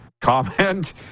comment